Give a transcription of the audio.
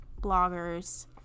bloggers